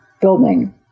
building